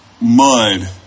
mud